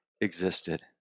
existed